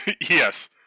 Yes